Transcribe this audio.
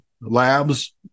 labs